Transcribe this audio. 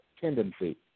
tendency